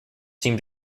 seem